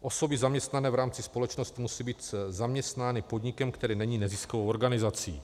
Osoby zaměstnané v rámci společnosti musí být zaměstnány podnikem, který není neziskovou organizací.